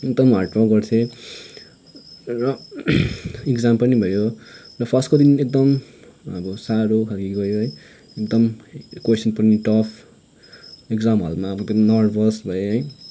एकदम hard work गर्थेँ र इक्जाम पनि भयो र फर्स्टको दिन एकदम अब साह्रो खाल्के गयो है एकदम क्वेशन पनि टफ इक्जाम हलमा पनि नर्भस भएँ है